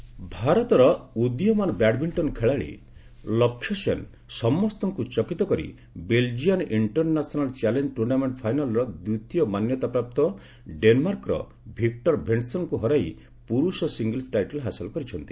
badminton ଭାରତର ଉଦୀୟମାନ badminton ଖେଳାଳି ଲକ୍ଷ୍ୟ ସେନ୍ ସମସ୍ତଙ୍କୁ ଚକିତ କରି ବେଲ୍ଜିଆନ୍ ଇଷ୍କରନ୍ୟାସନାଲ୍ ଚ୍ୟାଲେଞ୍ଜ ଟ୍ରୁର୍ଣ୍ଣାମେଣ୍ଟ ଫାଇନାଲ୍ରେ ଦ୍ୱିତୀୟ ମାନ୍ୟତାପ୍ରାପ୍ତ ଡେନ୍ମାର୍କର ଭିକୁର ଭେଣ୍ଟସେନ୍ଙ୍କୁ ହରାଇ ପୁରୁଷ ସିଙ୍ଗିଲ୍ସ ଟାଇଟଲ୍ ହାସଲ କରିଛନ୍ତି